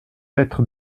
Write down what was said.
lettre